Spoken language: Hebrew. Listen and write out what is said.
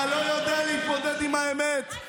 אתה לא יודע להתמודד עם האמת.